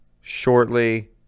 shortly